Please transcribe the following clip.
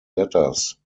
letters